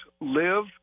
live